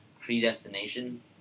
predestination